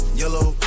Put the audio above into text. yellow